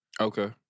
Okay